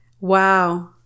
Wow